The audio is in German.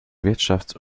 wirtschafts